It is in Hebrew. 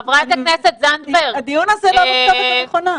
חברת הכנסת זנדברג --- הדיון הזה הוא לא בכתובת הנכונה.